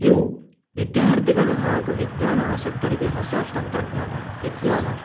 ಇವು ವಿದ್ಯಾರ್ಥಿಗಳು ಹಾಗು ವಿಜ್ಞಾನ ಆಸಕ್ತರಿಗೆ ಹೊಸ ತಂತ್ರಜ್ಞಾನ ವಿಜ್ಞಾನ